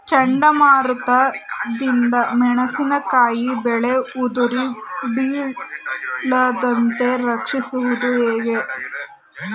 ಚಂಡಮಾರುತ ದಿಂದ ಮೆಣಸಿನಕಾಯಿ ಬೆಳೆ ಉದುರಿ ಬೀಳದಂತೆ ರಕ್ಷಿಸುವುದು ಹೇಗೆ?